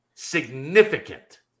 significant